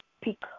pick